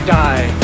die